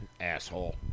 Asshole